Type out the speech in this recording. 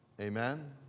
Amen